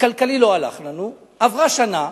בכלכלי לא הלך לנו, עברה שנה,